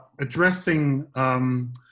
addressing